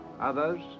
others